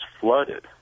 flooded